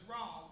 wrong